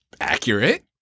accurate